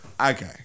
Okay